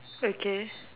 okay